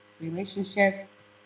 relationships